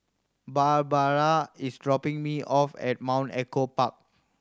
Barbara is dropping me off at Mount Echo Park